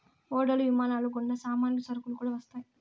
ఓడలు విమానాలు గుండా సామాన్లు సరుకులు కూడా వస్తాయి